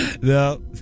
No